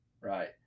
right